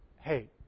hey